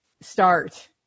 start